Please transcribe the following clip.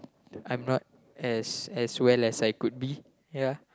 I'm not as as well as I could be ya